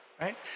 right